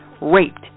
raped